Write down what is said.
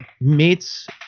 meets